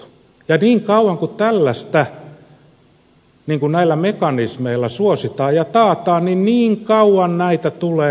ja niin kauan kun tällaista näillä mekanismeilla suositaan ja taataan niin niin kauan näitä tulee olemaan